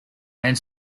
and